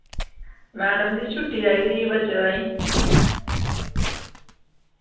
madam ji छुट्टी चाहिदी ही बच्चे ताईं